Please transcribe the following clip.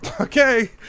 Okay